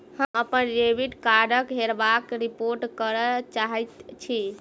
हम अप्पन डेबिट कार्डक हेराबयक रिपोर्ट करय चाहइत छि